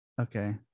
Okay